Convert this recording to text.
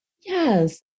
Yes